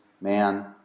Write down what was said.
man